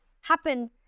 happen